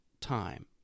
time